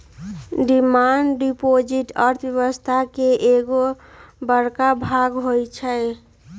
demand deposit अर्थव्यवस्था के एगो बड़का भाग होई छै